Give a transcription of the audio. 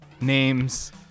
names